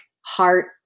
heart